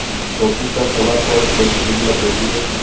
সবজি চাষ হবার পর যদি সেগুলা পচে যায়